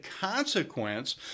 consequence